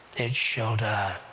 it shall die.